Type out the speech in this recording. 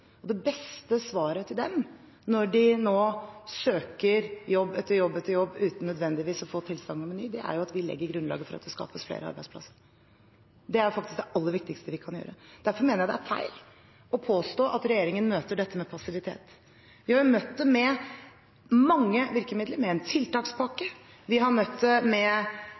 Det beste svaret til dem, når de nå søker jobb etter jobb etter jobb uten nødvendigvis å få tilsagn om en ny, er jo at vi legger grunnlaget for at det skapes flere arbeidsplasser. Det er faktisk det aller viktigste vi kan gjøre. Derfor mener jeg det er feil å påstå at regjeringen møter dette med passivitet. Vi har møtt det med mange virkemidler, med en tiltakspakke. Vi har møtt det med